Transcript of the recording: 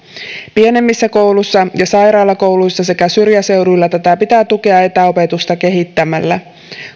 pienemmissä kouluissa ja sairaalakouluissa sekä syrjäseuduilla tätä pitää tukea etäopetusta kehittämällä